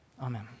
Amen